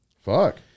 Fuck